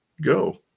go